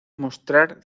mostrar